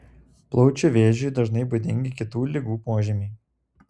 plaučių vėžiui dažnai būdingi kitų ligų požymiai